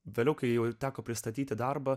vėliau kai jau teko pristatyti darbą